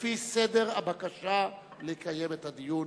לפי סדר הבקשה נקיים את הדיון.